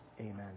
Amen